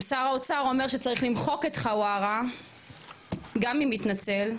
אם שר האוצר אומר שצריך למחוק את חווארה גם אם התנצל,